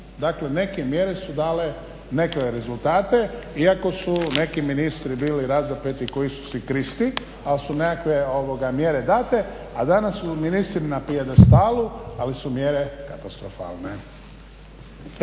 dakle neke mjere su dale neke rezultate iako su neki ministri bili razapeti ko Isusi Kristi ali su nekakve mjere date. A danas su ministri na pijedestalu ali su mjere katastrofalne.